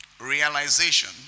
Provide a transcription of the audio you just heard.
realization